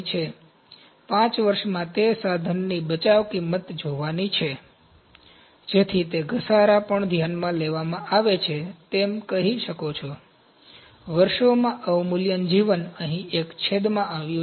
તેથી 5 વર્ષમાં તે સાધનની બચાવ કિમત જોવાની છે જેથી તે ઘસારા પણ ધ્યાનમાં લેવામાં આવે તમે કહી શકો વર્ષોમાં અવમૂલ્યન જીવન અહીં એક છેદમાં આવ્યું છે